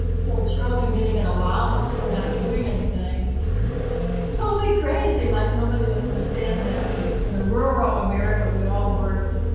little children getting an allowance for not doing anything is totally crazy like nobody would understand that and in a rural america, we all worked.